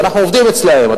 אנחנו עובדים אצלם,